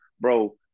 Bro